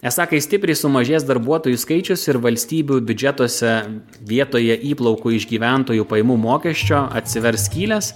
esą kai stipriai sumažės darbuotojų skaičius ir valstybių biudžetuose vietoje įplaukų iš gyventojų pajamų mokesčio atsivers skylės